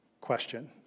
question